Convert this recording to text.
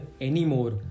anymore